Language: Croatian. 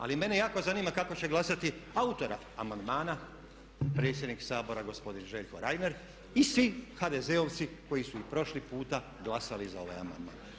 Ali mene jako zanima kako će glasati autor amandmana predsjednik Sabora gospodin Željko Reiner i svi HDZ-ovci koji su i prošli puta glasali za ovaj amandman.